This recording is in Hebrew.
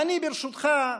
ברשותך,